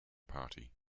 party